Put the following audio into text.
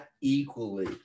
equally